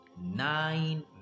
nine